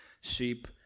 sheep